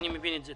אני מבין את זה.